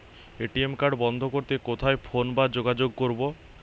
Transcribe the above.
ATM card বন্ধ করতে কোথায় ফোন বা যোগাযোগ করব?